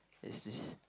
is this